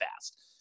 fast